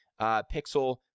pixel